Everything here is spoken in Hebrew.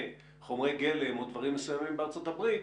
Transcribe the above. חומרי גלם או דברים מסוימים בארצות הברית,